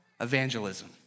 evangelism